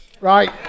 Right